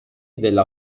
della